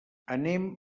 anem